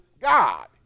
God